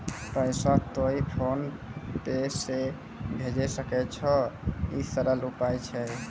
पैसा तोय PhonePe से भैजै सकै छौ? ई सरल उपाय छै?